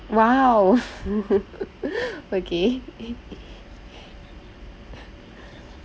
!wow! okay